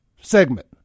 segment